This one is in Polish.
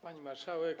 Pani Marszałek!